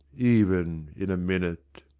even in a minute!